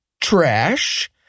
trash